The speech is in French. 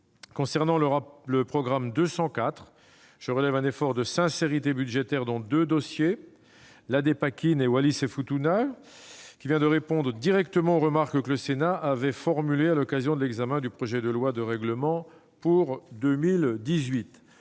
Concernant le programme 204, je relève un effort de sincérité budgétaire dans deux dossiers- la Dépakine et Wallis-et-Futuna -qui vient répondre directement aux remarques formulées par le Sénat à l'occasion de l'examen du projet de loi de règlement pour 2018.